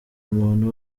umuntu